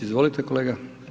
Izvolite kolega.